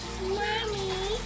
Mommy